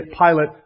Pilate